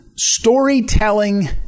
storytelling